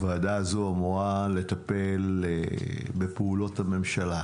הוועדה הזו אמורה לטפל בפעולות הממשלה.